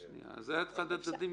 את זה יגיד אחד הצדדים.